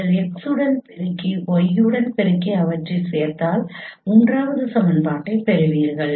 நீங்கள் x உடன் பெருக்கி y உடன் பெருக்கி அவற்றைச் சேர்த்தால் மூன்றாவது சமன்பாட்டைப் பெறுவீர்கள்